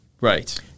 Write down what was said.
Right